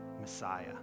Messiah